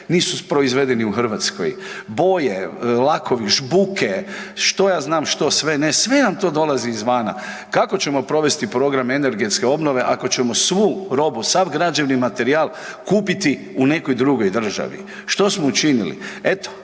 nisu proizvedeni u Hrvatskoj. Boje, lakovi, žbuke, što ja znam što sve ne sve vam to dolazi izvana. Kako ćemo provesti program energetske obnove ako ćemo svu robu, sav građevni materijal kupiti u nekoj drugoj državi? Što smo učinili? Eto